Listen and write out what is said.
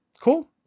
Cool